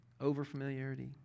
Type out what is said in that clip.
over-familiarity